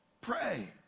Pray